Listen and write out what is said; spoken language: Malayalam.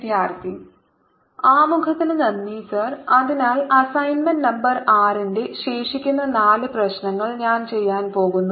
വിദ്യാർത്ഥി ആമുഖത്തിന് നന്ദി സർ അതിനാൽ അസൈൻമെന്റ് നമ്പർ 6 ന്റെ ശേഷിക്കുന്ന നാല് പ്രശ്നങ്ങൾ ഞാൻ ചെയ്യാൻ പോകുന്നു